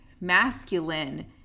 masculine